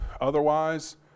otherwise